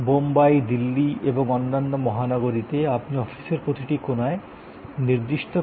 বোম্বাই দিল্লি এবং অন্যান্য মহানগরীতে আপনি অফিসের প্রতিটি কোনায় নির্দিষ্ট কফি বানানোর যন্ত্রগুলি পেতে পারেন